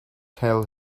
tell